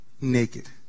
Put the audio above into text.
naked